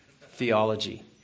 theology